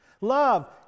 Love